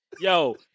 Yo